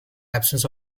absence